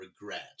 regret